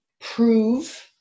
prove